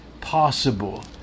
possible